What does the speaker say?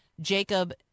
Jacob